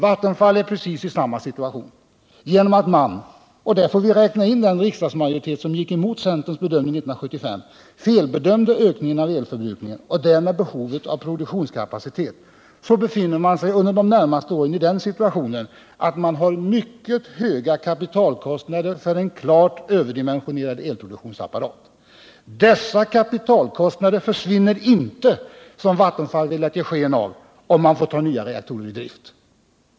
Vattenfall är i precis samma situation. Genom att man — och där får vi räkna in den riksdagsmajoritet som gick emot centerns bedömning 1975 — felbedömde ökningen av elförbrukningen och därmed behovet av produktionskapacitet, så befinner man sig under de närmaste åren i den situationen att man har mycket höga kapitalkostnader för en klart överdimensionerad elproduktionsapparat. Dessa kapitalkostnader försvinner inte — som Vattenfall velat ge sken av — om man får ta nya reaktorer i drift.